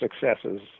successes